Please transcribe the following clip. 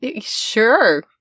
Sure